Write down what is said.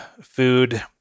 food